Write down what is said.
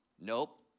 Nope